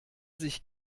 sich